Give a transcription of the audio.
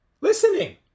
Listening